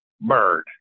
bird